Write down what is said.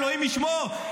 אלוהים ישמור.